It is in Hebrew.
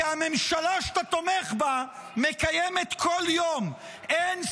כי הממשלה שאתה תומך בה מקיימת כל יום אין-ספור